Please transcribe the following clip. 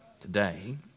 today